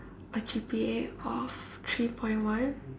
a G_P_A of three point one